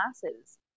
classes